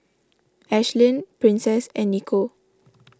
Ashlyn Princess and Nico